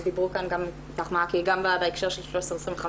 אז דיברו כאן גם מאית"ך-מעכי בהקשר של 1325,